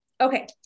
Okay